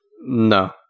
No